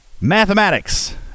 mathematics